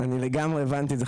אני לגמרי הבנתי את זה,